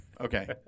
okay